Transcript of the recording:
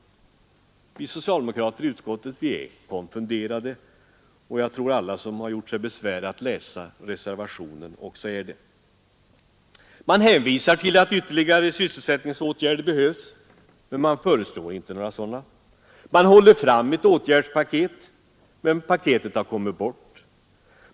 Vi socialdemokrater i utskottet är som sagt konfunderade. Jag tror att alla som gjort sig besvär med att läsa reservationen är det. Man hänvisar till att ytterligare sysselsättningsåtgärder behövs — men man föreslår inga sådana. Man håller fram ett åtgärdspaket — men paketet har kommit bort!